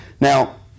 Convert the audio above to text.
Now